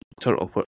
turtle